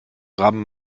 rammen